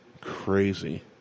Crazy